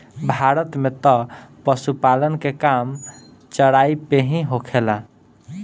भारत में तअ पशुपालन के काम चराई पे ही होखेला